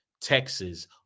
Texas